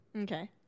Okay